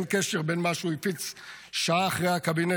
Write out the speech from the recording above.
אין קשר בין מה שהוא הפיץ שעה אחרי הקבינט,